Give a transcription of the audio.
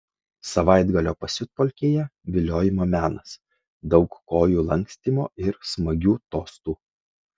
savaitgalio pasiutpolkėje viliojimo menas daug kojų lankstymo ir smagių tostų